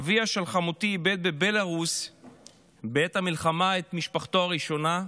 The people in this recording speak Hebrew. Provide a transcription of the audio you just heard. אביה של חמותי איבד בבלארוס בעת המלחמה את משפחתו הראשונה,